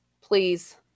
please